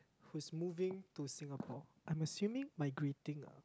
who is moving to Singapore I am assuming migrating lah